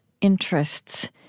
interests